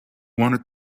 wanted